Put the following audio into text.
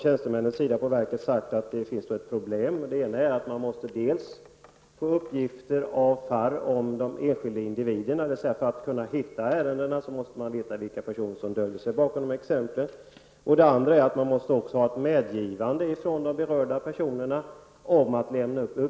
Tjänstemännen på verket har påpekat att det finns problem. Det är för det första nödvändigt att få uppgifter av FARR om de enskilda individerna, dvs. för att kunna hitta ärendena måste man veta vilka personer som döljer sig bakom exemplen. För det andra måste man ha ett medgivande från de berörda personerna om att uppgifterna får lämnas ut.